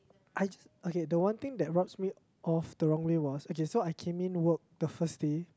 I just okay the one thing that rubs me off the wrong way was okay so I came in work the first day